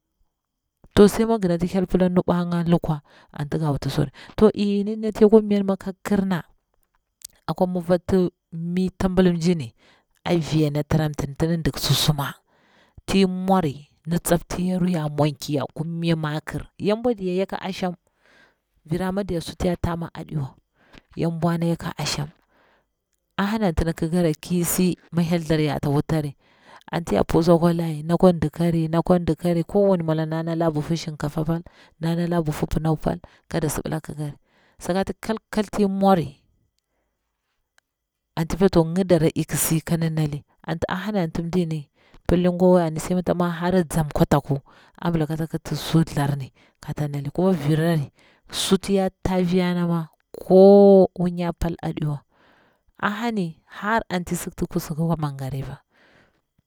Toh simi nginati hyel pila nibwanga lukwa anti ga wutari, ta iyimi ma nati yakwa mnyan ma ka kirna akwa mafa nati mi tabal mjini riya na tiramtani ti didik susuma ti mwari, ndi tsapti yaru yor mwanki yar kumnya makir, yobwa diya yoka asham vira ma diya suti ya taa ma aɗiwa, ya bwana yaka asham a hora anti ndi kirari kisi mi hyel tharra yata wutari, anti yar putsi akwa kyi, dakwa ndikari, da kwa ndikari ko wani mwala nda nda buhur shinkafa pal, nda nala buhur pinsu pal kada sibila ƙikari sakati kal kal ti mwori anti pila to ngidara ik si kan nali anti a hari anti mdigini pilli ngwa apir sai mi ta mwa hora tzam kadaku ambila kata kiti sur thirni kata nali; kuma virari suti ya tari afiyana ma ko munya pal aɗiwa a hani har anti sikti kuzi ka mangriba.